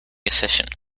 efficient